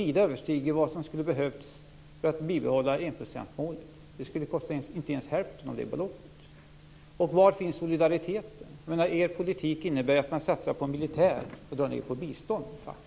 Det överstiger vida vad som skulle ha behövts för att bibehålla enprocentsmålet. Det skulle inte ens kosta hälften av det beloppet. Var finns solidariteten? Er politik innebär faktiskt att ni satsar på militären och drar ned på biståndet.